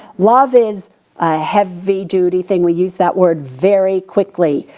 love is a heavy-duty thing, we use that word very quickly.